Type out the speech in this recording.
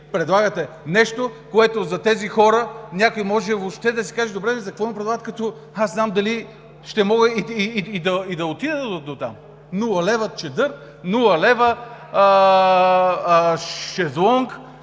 предлагате нещо, което за тези хора… Някой може въобще да си каже: добре де, за какво ми предлагат, като не знам дали ще мога и да отида дотам?! Нула лева чадър, нула лева шезлонг